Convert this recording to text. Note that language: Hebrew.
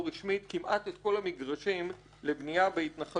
כמעט את כל המגרשים לבנייה בהתנחלויות,